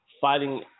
fighting